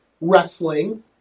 wrestling